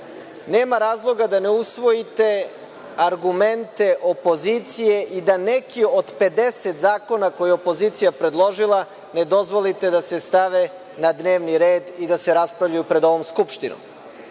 nema razloga da ne usvojite argumente opozicije i da neke od 50 zakona koje je opozicija predložila, ne dozvolite da se stave na dnevni red i da se raspravljaju pred ovom Skupštinom. Argumente